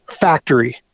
factory